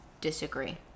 disagree